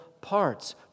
parts